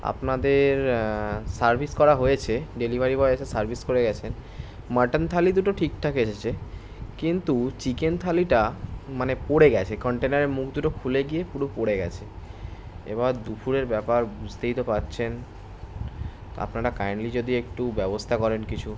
আপনাদের সার্ভিস করা হয়েছে ডেলিভারি বয় এসে সার্ভিস করে গিয়েছে মাটন থালি দুটো ঠিকঠাক এসেছে কিন্তু চিকেন থালিটা মানে পড়ে গিয়েছে কন্টেনারের মুখ দুটো খুলে গিয়ে পুরো পড়ে গিয়েছে এবার দুপুরের ব্যাপার বুঝতেই তো পারছেন আপনারা কাইন্ডলি যদি একটু ব্যবস্থা করেন কিছু